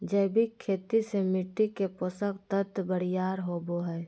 जैविक खेती से मिट्टी के पोषक तत्व बरियार होवो हय